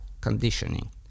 conditioning